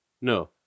No